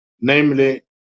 Namely